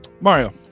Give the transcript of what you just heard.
mario